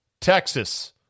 Texas